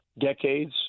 decades